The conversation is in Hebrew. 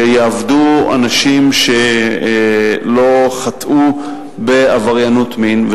שיעבדו בו אנשים שלא חטאו בעבריינות מין,